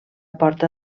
porta